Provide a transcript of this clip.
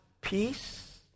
peace